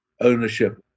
ownership